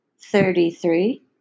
thirty-three